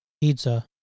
Pizza